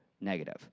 negative